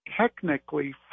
Technically